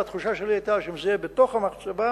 והתחושה שלי היתה שאם זה יהיה בתוך המחצבה,